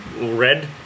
red